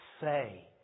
say